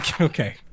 Okay